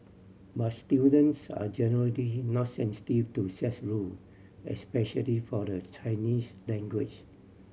but students are generally not sensitive to such rule especially for the Chinese language